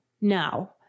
no